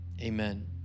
amen